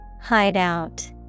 Hideout